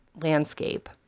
landscape